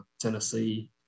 Tennessee